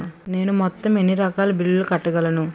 నేను మొత్తం ఎన్ని రకాల బిల్లులు కట్టగలను?